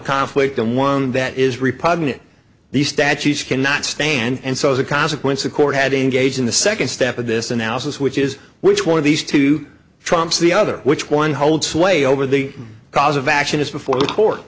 conflict and one that is repugnant these statutes cannot stand and so as a consequence the court had engaged in the second step of this analysis which is which one of these two trumps the other which one holds sway over the cause of action is before the court